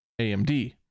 AMD